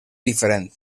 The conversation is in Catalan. diferent